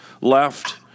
left